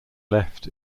left